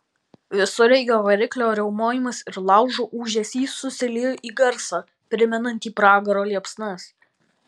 visureigio variklio riaumojimas ir laužo ūžesys susiliejo į garsą primenantį pragaro liepsnas